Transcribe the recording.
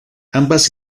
ambas